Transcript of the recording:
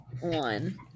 one